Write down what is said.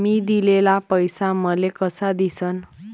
मी दिलेला पैसा मले कसा दिसन?